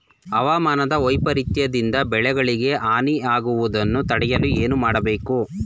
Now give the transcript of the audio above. ಹವಾಮಾನ ವೈಪರಿತ್ಯ ದಿಂದ ಬೆಳೆಗಳಿಗೆ ಹಾನಿ ಯಾಗುವುದನ್ನು ತಡೆಯಲು ಏನು ಮಾಡಬೇಕು?